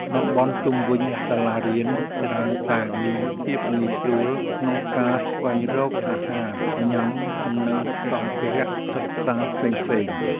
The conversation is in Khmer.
តំបន់ជុំវិញសាលារៀនច្រើនតែមានភាពងាយស្រួលក្នុងការស្វែងរកអាហារញ៉ាំ និងសម្ភារៈសិក្សាផ្សេងៗ។